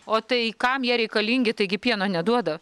o tai kam jie reikalingi taigi pieno neduoda